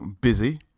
busy